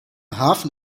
hafen